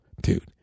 dude